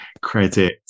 credit